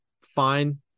fine